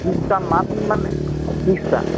ত্ৰিছটামান মানে ত্ৰিছটা